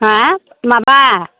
हा माबा